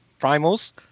primals